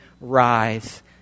rise